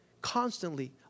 constantly